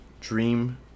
dream